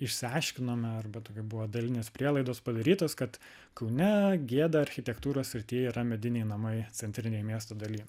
išsiaiškinome arba tokie buvo dalinės prielaidos padarytos kad kaune gėda architektūros srityje yra mediniai namai centrinėj miesto daly